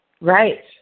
Right